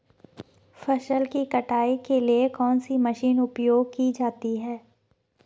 फसल की कटाई के लिए कौन सी मशीन उपयोग की जाती है?